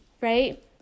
right